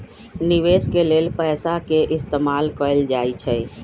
निवेश के लेल पैसा के इस्तमाल कएल जाई छई